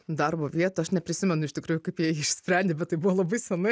darbo vietų aš neprisimenu iš tikrųjų kaip jie jį išsprendė bet tai buvo labai senai